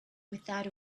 without